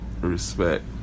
Respect